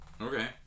Okay